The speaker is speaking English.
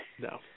no